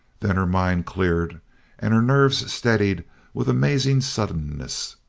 then her mind cleared and her nerves steadied with amazing suddenness,